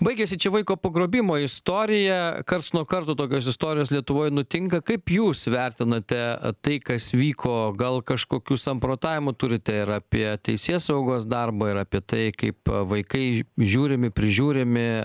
baigėsi čia vaiko pagrobimo istorija karts nuo karto tokios istorijos lietuvoj nutinka kaip jūs vertinate tai kas vyko gal kažkokių samprotavimų turite ir apie teisėsaugos darbą ir apie tai kaip vaikai žiūrimi prižiūrimi